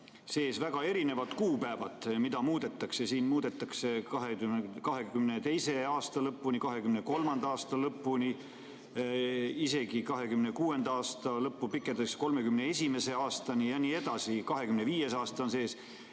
sees väga erinevad kuupäevad, mida muudetakse: siin muudetakse 2022. aasta lõpuni, 2023. aasta lõpuni, isegi 2026. aasta lõppu pikendatakse 2031. aastani jne, 2025. aasta on sees.